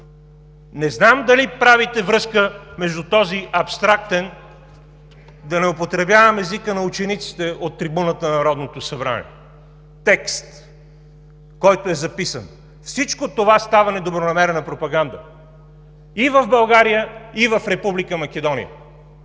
Не знам дали правите връзка между този абстрактен, да не употребявам езика на учениците от трибуната на Народното събрание, текст, който е записан? Всичко това става недобронамерена пропаганда и в България, и в Република Македония.